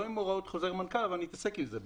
לא עם הוראות חוזר מנכ"ל אבל אי אעסוק בזה.